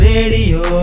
Radio